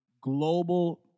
global